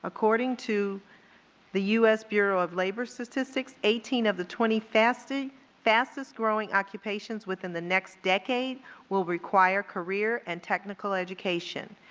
according to the u s. bureau of labor statistics, eighteen of the twenty fastest fastest growing occupations within the next decade will require career and technical education.